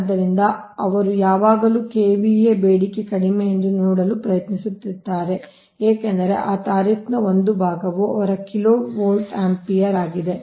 ಆದ್ದರಿಂದ ಅವರು ಯಾವಾಗಲೂ KVA ಬೇಡಿಕೆ ಕಡಿಮೆ ಎಂದು ನೋಡಲು ಪ್ರಯತ್ನಿಸುತ್ತಾರೆ ಏಕೆಂದರೆ ಆ ತಾರೀಫ್ಫ್ನ್ ಒಂದು ಭಾಗವು ಅವರ ಕಿಲೋ ವೋಲ್ಟ್ ಆಂಪಿಯರ್ ಆಗಿದೆ